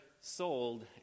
sold